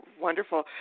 wonderful